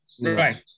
Right